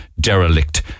derelict